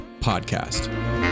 Podcast